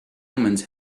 omens